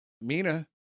Mina